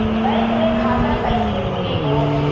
Bank मे खाता कईसे खुली हो?